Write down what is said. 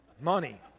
Money